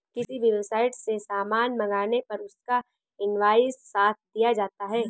किसी भी वेबसाईट से सामान मंगाने पर उसका इन्वॉइस साथ दिया जाता है